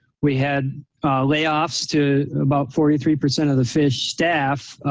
we had layoffs to about forty three percent of the fish staff.